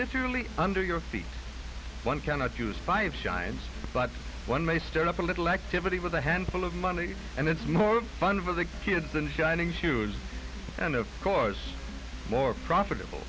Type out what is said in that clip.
literally under your feet one cannot use five shines but one may stir up a little activity with a handful of money and it's more fun for the kids in shining shoes and of course more profitable